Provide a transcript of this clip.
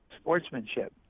sportsmanship